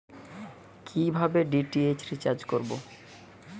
কিভাবে DTH recharge করব?